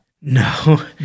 No